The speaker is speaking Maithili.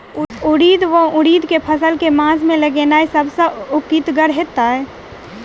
उड़ीद वा उड़द केँ फसल केँ मास मे लगेनाय सब सऽ उकीतगर हेतै?